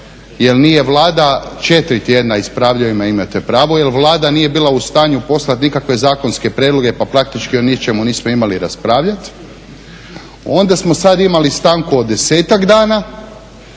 jer nije Vlada, 4 tjedna ispravljaju me, imate pravo, jer Vlada nije bila u stanju poslat nikakve zakonske prijedloge pa praktički o ničemu nismo imali raspravljati. Onda smo sad imali stanku od 10-ak dana